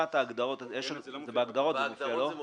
--- בהגדרות זה מופיע?